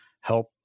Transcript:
help